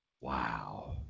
Wow